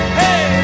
hey